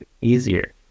easier